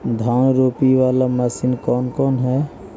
धान रोपी बाला मशिन कौन कौन है?